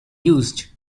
used